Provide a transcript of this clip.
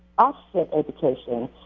offset education.